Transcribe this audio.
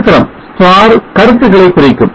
நட்சத்திரம் கருத்துகளை குறிக்கும்